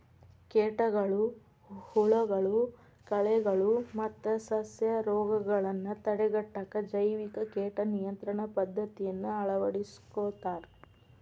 ಕೇಟಗಳು, ಹುಳಗಳು, ಕಳೆಗಳು ಮತ್ತ ಸಸ್ಯರೋಗಗಳನ್ನ ತಡೆಗಟ್ಟಾಕ ಜೈವಿಕ ಕೇಟ ನಿಯಂತ್ರಣ ಪದ್ದತಿಯನ್ನ ಅಳವಡಿಸ್ಕೊತಾರ